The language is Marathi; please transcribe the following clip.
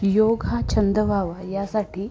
योग हा छंद व्हावा यासाठी